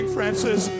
Francis